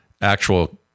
actual